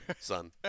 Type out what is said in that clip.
son